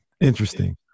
interesting